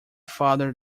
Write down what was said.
father